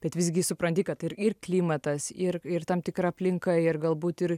bet visgi supranti kad ir ir klimatas ir ir tam tikra aplinka ir galbūt ir